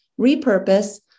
repurpose